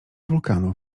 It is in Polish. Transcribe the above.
wulkanu